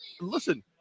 listen